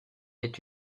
est